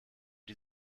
die